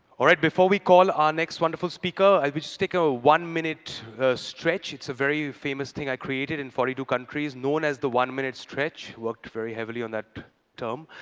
before we call our next wonderful speaker, i will just take a one-minute stretch. it's a very famous thing i created in forty two countries, known as the one-minute stretch. worked very heavily on that term.